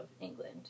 England